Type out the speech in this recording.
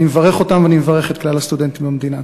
אני מברך אותם ואני מברך את כלל הסטודנטים במדינה.